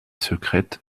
secrète